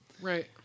Right